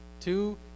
two